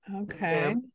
Okay